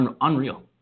Unreal